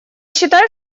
считаю